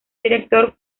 director